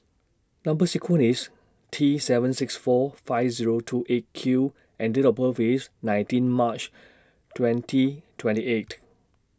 Number sequence IS T seven six four five Zero two eight Q and Date of birth IS nineteen March twenty twenty eight